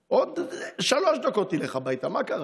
על רקע לאומני על סמך הראיות שיש שם.